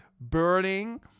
burning